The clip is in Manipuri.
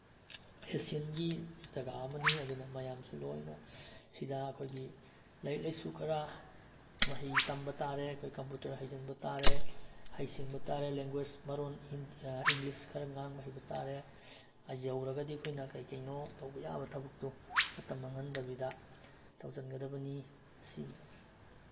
ꯑꯦꯁꯤꯌꯟꯒꯤ ꯖꯒꯥ ꯑꯃꯅꯤ ꯑꯗꯨꯅ ꯃꯌꯥꯝꯁꯨ ꯂꯣꯏꯅ ꯁꯤꯗ ꯑꯩꯈꯣꯏꯒꯤ ꯂꯥꯏꯔꯤꯛ ꯂꯥꯏꯁꯨ ꯈꯔ ꯃꯍꯩ ꯇꯝꯕ ꯇꯥꯔꯦ ꯑꯩꯈꯣꯏ ꯀꯝꯄꯨꯇꯔ ꯍꯩꯖꯤꯟꯕ ꯇꯥꯔꯦ ꯍꯩꯁꯤꯡꯕ ꯇꯥꯔꯦ ꯂꯦꯡꯒ꯭ꯋꯦꯁ ꯃꯔꯣꯜ ꯏꯪꯂꯤꯁ ꯈꯔ ꯉꯥꯡꯕ ꯍꯩꯕ ꯇꯥꯔꯦ ꯌꯧꯔꯒꯗꯤ ꯑꯩꯈꯣꯏꯅ ꯀꯩꯀꯩꯅꯣ ꯇꯧꯕ ꯌꯥꯕ ꯊꯕꯛꯇꯣ ꯃꯇꯝ ꯃꯥꯡꯍꯟꯗꯕꯤꯗ ꯇꯧꯁꯤꯟꯒꯗꯕꯅꯤ ꯑꯁꯤ